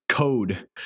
code